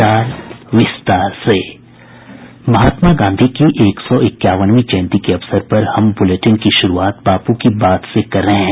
महात्मा गांधी की एक सौ इक्यावनवीं जयंती के अवसर पर हम बुलेटिन की शुरूआत बापू की बात से कर रहे हैं